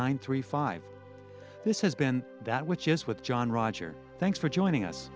nine three five this has been that which is with john roger thanks for joining us